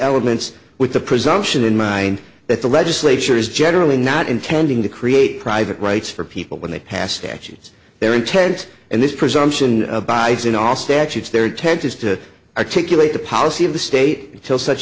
elements with the presumption in mind that the legislature is generally not intending to create private rights for people when they pass statutes their intent and this presumption abides in all statutes their intent is to articulate the policy of the state till such